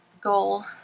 goal